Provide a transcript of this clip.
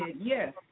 yes